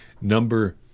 number